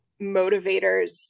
motivators